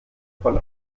von